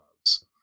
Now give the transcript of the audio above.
loves